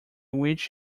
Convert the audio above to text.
which